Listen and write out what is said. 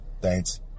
Thanks